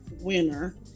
winner